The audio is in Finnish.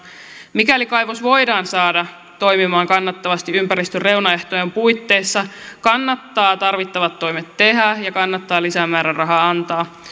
mikäli kaivos voidaan saada toimimaan kannattavasti ympäristön reunaehtojen puitteissa kannattaa tarvittavat toimet tehdä ja kannattaa lisämääräraha antaa